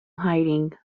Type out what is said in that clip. hiding